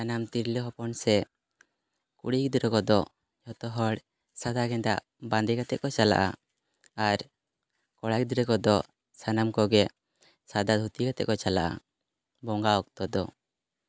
ᱥᱟᱱᱟᱢ ᱛᱤᱨᱞᱟᱹ ᱦᱚᱯᱚᱱ ᱥᱮ ᱠᱩᱲᱤ ᱜᱤᱫᱽᱨᱟᱹ ᱠᱚᱫᱚ ᱡᱷᱚᱛᱚ ᱦᱚᱲ ᱥᱟᱫᱟ ᱜᱮᱸᱫᱟᱜ ᱵᱟᱸᱫᱮ ᱠᱟᱛᱮ ᱠᱚ ᱪᱟᱞᱟᱜᱼᱟ ᱟᱨ ᱠᱚᱲᱟ ᱜᱤᱫᱨᱟᱹ ᱠᱚᱫᱚ ᱥᱟᱱᱟᱢ ᱠᱚᱜᱮ ᱥᱟᱫᱟ ᱫᱷᱩᱛᱤᱭᱟᱛᱮᱜ ᱠᱚ ᱪᱟᱞᱟᱜᱼᱟ ᱵᱚᱸᱜᱟ ᱚᱠᱛᱚ ᱫᱚ